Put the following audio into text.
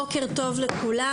בוקר טוב לכולם,